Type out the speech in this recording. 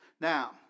Now